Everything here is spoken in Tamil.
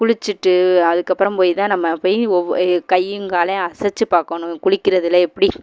குளிச்சுட்டு அதுக்கப்புறம் போய் தான் நம்ம போய் ஒவ்வொரு கையும் காலையும் அசைச்சிப் பார்க்கணும் குளிக்கிறதுலே எப்படி